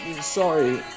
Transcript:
Sorry